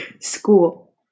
School